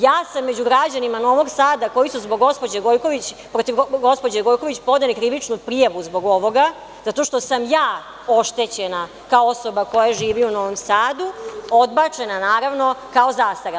Ja sam među građanima Novog Sada koji su zbog gospođe Gojković, protiv gospođe Gojković podneli krivičnu prijavu zbog ovoga zato što sam ja oštećena kao osoba koja živi u Novom Sadu, odbačena kao zastarela.